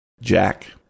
Jack